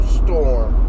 storm